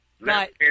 Right